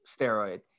steroid